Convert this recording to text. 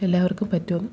എല്ലാവര്ക്കും പറ്റും